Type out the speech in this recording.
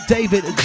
David